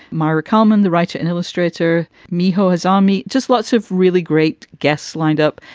mara kullman, the writer and illustrator. miho azami. just lots of really great guests lined up.